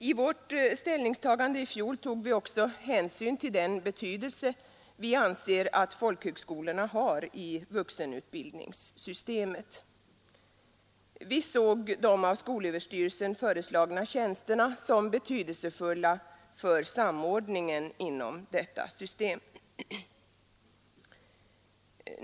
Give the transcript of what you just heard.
I vårt ställningstagande i fjol tog vi också hänsyn till den betydelse vi anser att folkhögskolorna har i vuxenutbildningssystemet. Vi såg de av skolöverstyrelsen föreslagna tjänsterna som betydelsefulla för samordningen inom detta system.